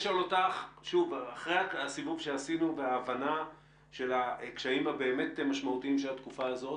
אחרי הסיבוב שעשינו בהבנת הקשיים המשמעותיים של התקופה הזאת,